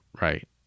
right